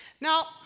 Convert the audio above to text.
Now